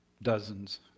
dozens